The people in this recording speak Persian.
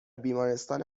بیمارستان